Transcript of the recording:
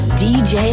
dj